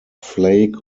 flake